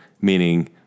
meaning